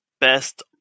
best